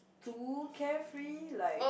too carefree like